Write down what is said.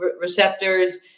receptors